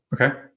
Okay